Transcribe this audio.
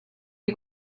you